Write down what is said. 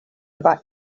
back